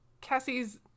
Cassie's